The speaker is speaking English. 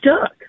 stuck